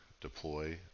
Deploy